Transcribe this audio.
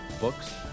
books